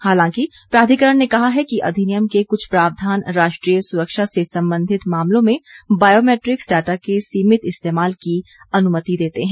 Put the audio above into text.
हालांकि प्राधिकरण ने कहा है कि अधिनियम के कुछ प्रावधान राष्ट्रीय सुरक्षा से संबंधित मामलों में बायोमेट्रिक्स डाटा के सीमित इस्तेमाल की अनुमति देते हैं